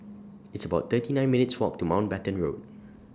It's about thirty nine minutes' Walk to Mountbatten Road